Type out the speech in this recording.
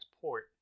port